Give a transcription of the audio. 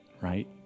right